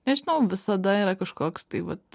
nežinau visada yra kažkoks tai vat